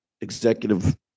executive